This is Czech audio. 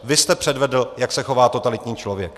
Vy jste předvedl, jak se chová totalitní člověk.